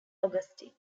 augustine